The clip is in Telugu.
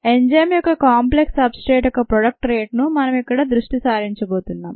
ఎంజైమ్ యొక్క కాంప్లెక్స్ సబ్ స్ట్రేట్ యొక్క ప్రోడక్ట్ రేటును మనం ఇక్కడ దృష్టి సారించబోతున్నాం